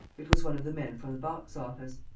it was one of the men from the box-office.